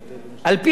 על-פי החוק